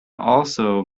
also